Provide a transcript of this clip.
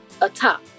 atop